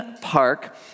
park